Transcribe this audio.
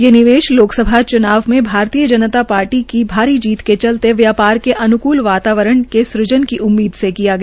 ये निवेश लोकसभा चुनाव में भारतीय जनता पार्टी की भारी जीत के चलते व्यापार के अन्कूल वातावरण के साथ उम्मीद से किया गया